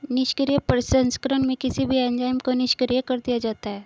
निष्क्रिय प्रसंस्करण में किसी भी एंजाइम को निष्क्रिय कर दिया जाता है